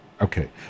okay